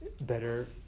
better